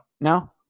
no